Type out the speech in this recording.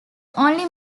only